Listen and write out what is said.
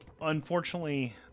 Unfortunately